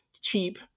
cheap